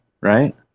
right